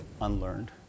unlearned